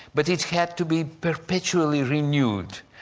but it had to be perpetually renewed,